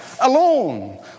Alone